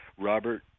Robert